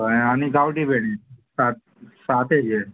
हय आनी गांवठी बेडी सात सात हेजे